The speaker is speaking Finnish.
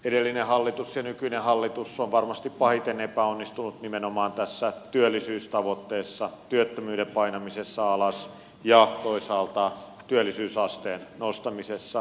edellinen hallitus ja nykyinen hallitus ovat varmasti pahiten epäonnistuneet nimenomaan tässä työllisyystavoitteessa työttömyyden painamisessa alas ja toisaalta työllisyysasteen nostamisessa